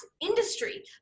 industry